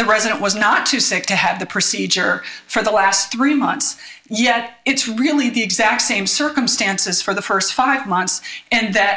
the president was not too sick to have the procedure for the last three months yet it's really the exact same circumstances for the first five months and that